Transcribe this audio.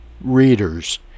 readers